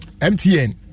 MTN